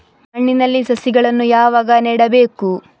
ಮಣ್ಣಿನಲ್ಲಿ ಸಸಿಗಳನ್ನು ಯಾವಾಗ ನೆಡಬೇಕು?